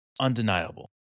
undeniable